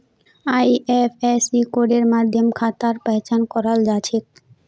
IFSC कोडेर माध्यम खातार पहचान कराल जा छेक